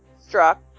struck